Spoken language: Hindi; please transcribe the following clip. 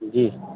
जी